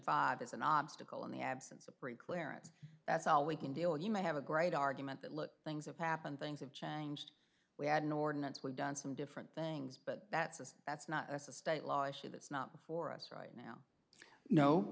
five is an obstacle in the absence of preclearance that's all we can deal you might have a great argument that look things have happened things have changed we had an ordinance we've done some different things but that's us that's not a state law issue that's not for us right now no